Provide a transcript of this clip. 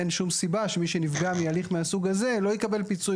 אין שום סיבה שמי שנפגע מהליך מהסוג הזה לא יקבל פיצוי